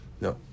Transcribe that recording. No